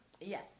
Yes